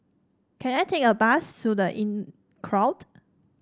can I take a bus to The Inncrowd